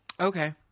okay